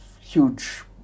huge